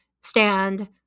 stand